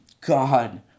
God